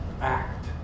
act